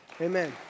Amen